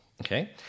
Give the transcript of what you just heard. Okay